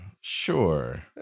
sure